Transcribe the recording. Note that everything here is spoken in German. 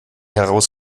heraus